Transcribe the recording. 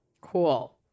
Cool